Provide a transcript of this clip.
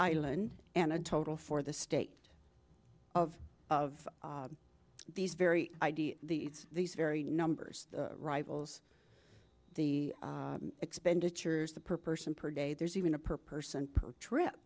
island and a total for the state of of these very idea the it's these very numbers rivals the expenditures the per person per day there's even a per person per trip